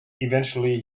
eventually